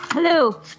hello